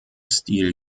stil